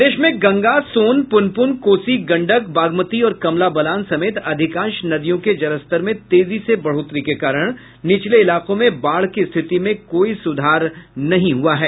प्रदेश में गंगा सोन पुनपुन कोसी गंडक बागमती और कमला बलान समेत अधिकांश नदियों के जलस्तर में तेजी से बढ़ोतरी के कारण निचले इलाकों में बाढ़ की स्थिति में कोई सुधार नहीं हुआ है